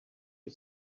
you